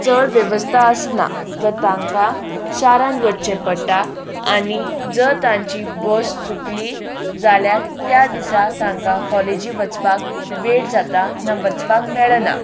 चड वेवस्था आसना तर तांकां शारांत वचचें पडटा आनी जर तांची बस चुकली जाल्यार त्या दिसा तांकां कॉलेजी वचपाक वेळ जाता ना वचपाक मेळना